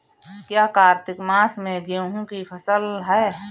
क्या कार्तिक मास में गेहु की फ़सल है?